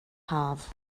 haf